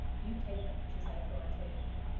you take them, she said authoritatively.